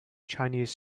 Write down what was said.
chinese